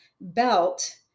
belt